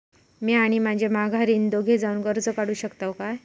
म्या आणि माझी माघारीन दोघे जावून कर्ज काढू शकताव काय?